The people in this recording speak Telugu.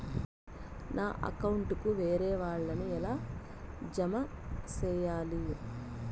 నా అకౌంట్ కు వేరే వాళ్ళ ని ఎలా జామ సేయాలి?